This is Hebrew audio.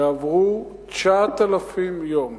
יעברו 9,000 יום,